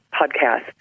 podcast